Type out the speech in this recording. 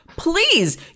Please